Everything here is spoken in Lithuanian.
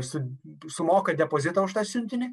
su sumoka depozitą už tą siuntinį